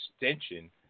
extension